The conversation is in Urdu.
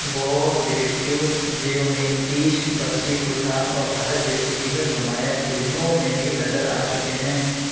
وہ ڈیٹیکٹیو بیومیکیش بکشی سلطان اور بھارت جیسی دیگر نمایاں فلموں میں بھی نظر آ چکے ہیں